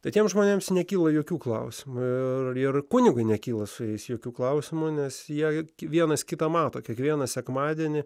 tai tiems žmonėms nekyla jokių klausimų ir kunigui nekyla su jais jokių klausimų nes jei vienas kitą mato kiekvieną sekmadienį